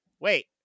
wait